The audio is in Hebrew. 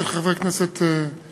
של חבר הכנסת מרגי: